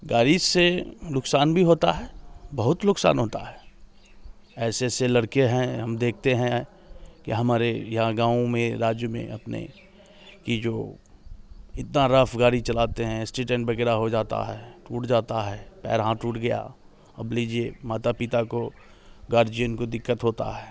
गाड़ी से नुकसान भी होता है बहुत नुकसान होता है ऐसे ऐसे लड़के हैं हम देखते हैं कि हमारे यहाँ गाँव में राज्य में अपने की जो इतना रफ गाड़ी चलाते हैं एक्सीडेंट वगैरह हो जाता है टूट जाता है पैर हाथ टूट गया अब लीजिए माता पिता को गर्जियंस को दिक्कत होता है